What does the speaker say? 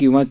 किंवा के